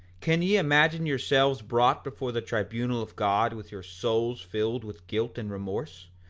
can ye imagine yourselves brought before the tribunal of god with your souls filled with guilt and remorse,